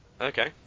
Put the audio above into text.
Okay